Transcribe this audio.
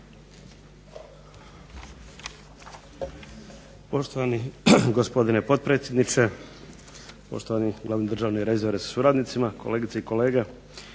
Poštovani gospodine potpredsjedniče, poštovani glavni državni revizore sa suradnicima, kolegice i kolege.